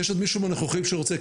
יש עוד מישהו מהנוכחים שרוצה?